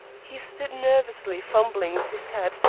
he stood nervously fumbling with his hat,